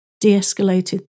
de-escalated